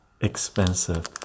expensive